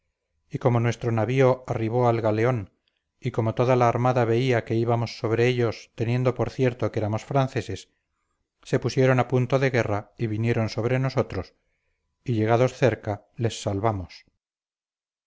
y como nuestro navío arribó al galeón y como toda la armada veía que íbamos sobre ellos teniendo por cierto que éramos franceses se pusieron a punto de guerra y vinieron sobre nosotros y llegados cerca les salvamos